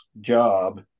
job